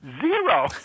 Zero